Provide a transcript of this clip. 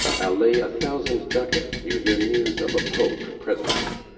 i ll lay a thousand ducats you hear news of a pope presently.